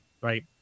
right